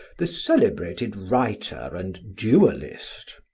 the celebrated writer and duelist.